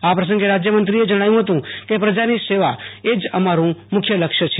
આ પ્રસંગે રાજયમંત્રીએ જણાવ્યુ હતું કે પ્રજાની સેવા એ જ અમારૂ મુખ્ય લક્ષ્ય છે